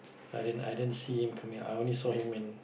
i didn't i didn't see him coming I only saw him when